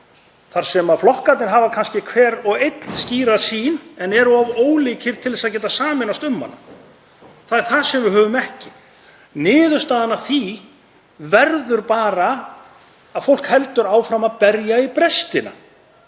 þar sem flokkarnir hafa kannski hver og einn skýra sýn en eru of ólíkir til að geta sameinast um hana. Það er það sem við höfum ekki. Niðurstaðan af því verður bara að fólk heldur áfram að berja í brestina,